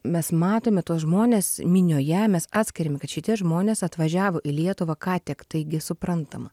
mes matome tuos žmones minioje mes atskiriame kad šitie žmonės atvažiavo į lietuvą ką tik taigi suprantama